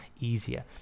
easier